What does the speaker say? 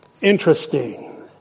Interesting